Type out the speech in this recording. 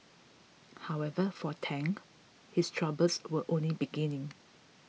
however for Tang his troubles were only beginning